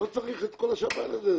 לא צריך את כל השב"ן הזה,